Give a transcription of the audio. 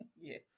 Yes